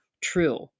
true